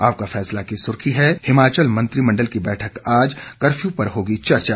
आपका फैसला की सुर्खी है हिमाचल मंत्रिमण्डल की बैठक आज कर्फ्यू पर होगी चर्चा